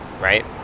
right